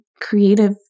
Creative